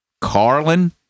Carlin